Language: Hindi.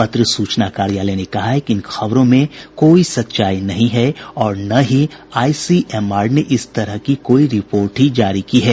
पत्र सूचना कार्यालय ने कहा है कि इन खबरों में कोई सच्चाई नहीं है और न ही आईसीएमआर ने इस तरह की कोई रिपोर्ट ही जारी की है